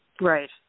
Right